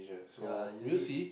ya usually